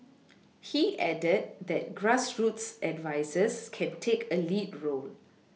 he added that grassroots advisers can take a lead role